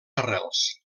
arrels